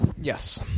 Yes